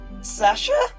Sasha